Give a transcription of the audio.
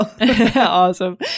Awesome